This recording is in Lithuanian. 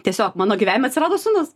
tiesiog mano gyvenime atsirado sūnus